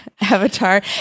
avatar